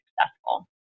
successful